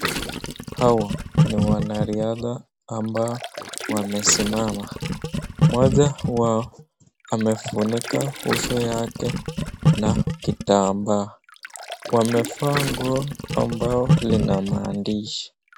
Hawa ni wanariadha ambao wamesimama, moja yao amefunika uso wake na kitambaa. Wamevaa nguo lina maandishi.